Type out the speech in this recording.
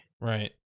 Right